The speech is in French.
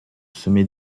sommet